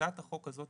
הצעת החוק הזאת